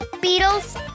beetles